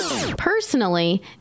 Personally